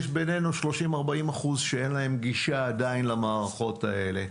יש בינינו 40%-30% שאין להם גישה עדיין למערכות האלה,